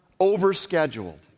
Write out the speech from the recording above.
overscheduled